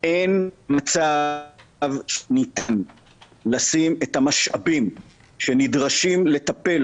אין מצב שניתן לשים את המשאבים שנדרשים לטפל